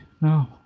No